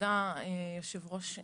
תודה אדוני היושב-ראש.